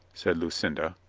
said lucinda,